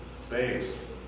Saves